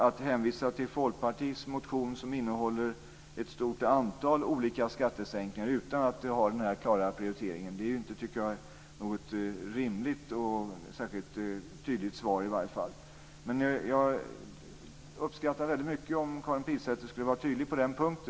Att hänvisa till Folkpartiets motion som innehåller ett stort antal olika skattesänkningar, utan att man har den klara prioriteringen, tycker jag inte är något rimligt och särskilt tydligt svar. Jag skulle uppskatta om Karin Pilsäter ville vara tydlig på den punkten.